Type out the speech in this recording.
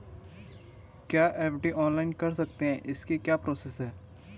क्या FD online कर सकते हैं इसकी क्या प्रोसेस है?